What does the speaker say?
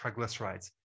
triglycerides